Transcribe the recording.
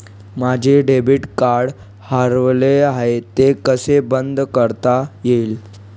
माझे debit card हरवले आहे ते कसे बंद करता येईल?